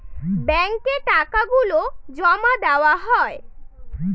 ব্যাঙ্কে টাকা গুলো জমা দেওয়া হয়